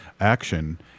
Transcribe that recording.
action